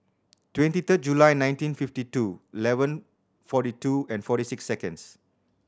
twenty third July nineteen fifty two eleven forty two and forty six seconds